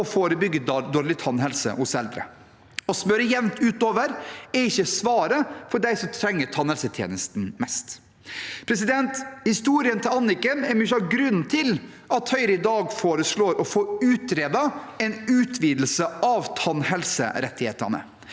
og forebygge dårlig tannhelse hos eldre. Å smøre jevnt utover er ikke svaret for dem som trenger tannhelsetjenesten mest. Historien til Anniken er mye av grunnen til at Høyre i dag foreslår å få utredet en utvidelse av tannhelserettighetene.